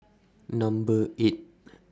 Number eight